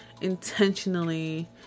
intentionally